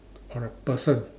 or a person